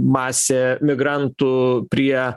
masė migrantų prie